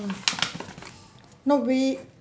mm no we